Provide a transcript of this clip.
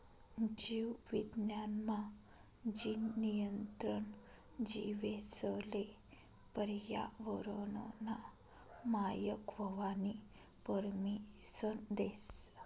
जीव विज्ञान मा, जीन नियंत्रण जीवेसले पर्यावरनना मायक व्हवानी परमिसन देस